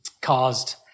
caused